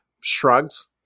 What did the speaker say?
shrugs